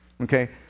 okay